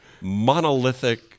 monolithic